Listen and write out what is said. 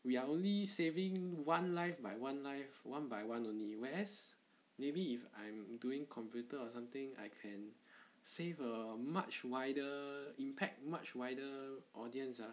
we are only saving one life by one life one by one only whereas maybe if I'm doing computer or something I can save a much wider impact much wider audience uh